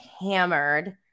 hammered